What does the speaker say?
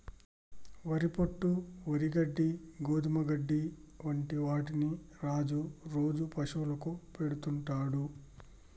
వరి పొట్టు, వరి గడ్డి, గోధుమ గడ్డి వంటి వాటిని రాజు రోజు పశువులకు పెడుతుంటాడు